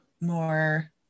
more